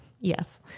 Yes